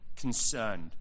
concerned